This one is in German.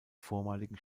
vormaligen